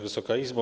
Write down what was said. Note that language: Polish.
Wysoka Izbo!